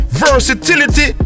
versatility